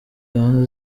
gahunda